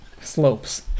slopes